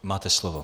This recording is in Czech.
Máte slovo.